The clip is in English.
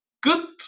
good